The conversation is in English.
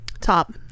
Top